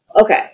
Okay